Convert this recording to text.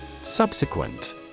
Subsequent